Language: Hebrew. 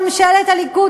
ממשלת הליכוד,